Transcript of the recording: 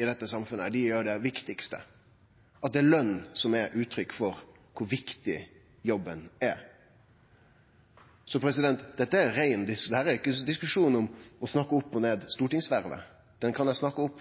i dette samfunnet, gjer det viktigaste – at det er løn som er uttrykk for kor viktig jobben er. Dette er ikkje ein diskusjon om å snakke opp eller ned stortingsvervet. Det kan eg snakke opp